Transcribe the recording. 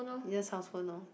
use house phone lor